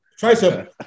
tricep